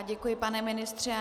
Děkuji, pane ministře.